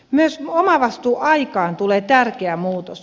myös omavastuuaikaan tulee tärkeä muutos